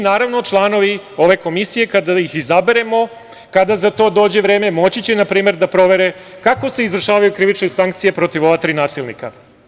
Naravno članovi ove komisije, kada ih izaberemo, kada za to dođe vreme, moći će da provere kako se izvršavaju krivične sankcije protiv ova tri nasilnika.